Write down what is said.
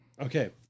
Okay